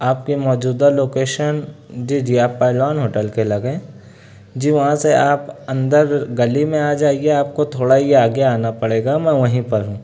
آپ کی موجودہ لوکیشن جی جی آپ پہلوان ہوٹل کے لگے ہیں جی وہاں سے آپ اندر گلی میں آ جائیے آپ کو تھوڑا ہی آگے آنا پڑے گا میں وہی پر ہوں